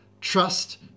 trust